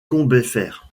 combeferre